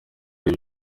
ari